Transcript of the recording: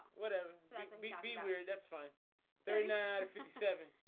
whatever like um be be weird, that's fine thirty nine fifty seven